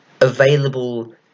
available